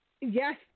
Yes